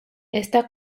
está